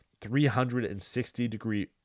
360-degree